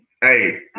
Hey